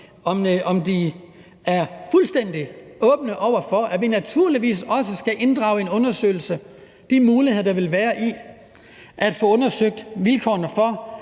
er fuldstændig åbne over for, at vi naturligvis også skal inddrage en undersøgelse af de muligheder, der vil være i at få undersøgt vilkårene for